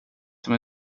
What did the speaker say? som